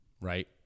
right